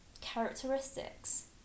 characteristics